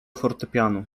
fortepianu